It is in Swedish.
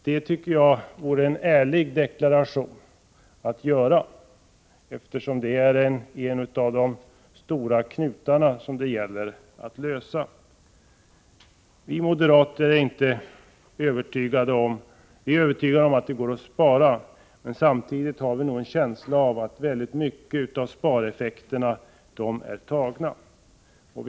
Att förklara hur dessa 60 TWh el skall ersättas vore att göra en ärlig deklaration, eftersom det är en av de stora knutarna, som det gäller att lösa. Vi moderater är övertygade om att det går att spara, men samtidigt har vi en känsla av att en stor del av spareffekterna redan är ianspråktagna.